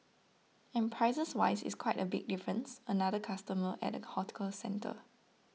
and prices wise it's quite a big difference another customer at a hawker centre